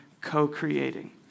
co-creating